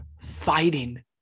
fighting